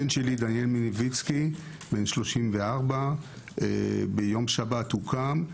הבן דניאל מניביצקי בן 34 ביום שבת קם.